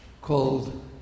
called